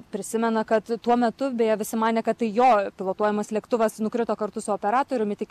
prisimena kad tuo metu beje visi manė kad tai jo pilotuojamas lėktuvas nukrito kartu su operatoriumi tik